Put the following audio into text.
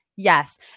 Yes